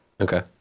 Okay